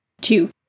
Two